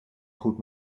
goed